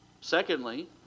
Secondly